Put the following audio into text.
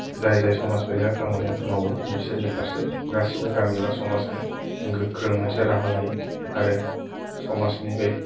जाय जाय समाज बेरेखा खामानि मावो बिसोरनि फारसे गासैबो गामि एबा समाजानो गोख्रों मोनसे राहा लायो आरो समाजनि बै